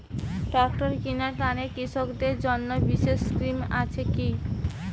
Tractor কিনার তানে কৃষকদের জন্য বিশেষ স্কিম আছি কি?